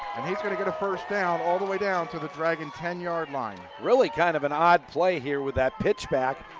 and he's going to get a first down all the way down to the dragon ten yard line. really kind of an odd play here with that pitch back.